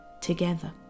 together